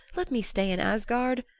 let me stay in asgard.